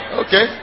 okay